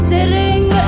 Sitting